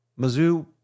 Mizzou